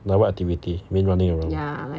like what activity you mean running around